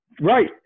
Right